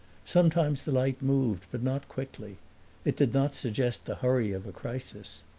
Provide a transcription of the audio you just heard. sometimes the light moved, but not quickly it did not suggest the hurry of a crisis.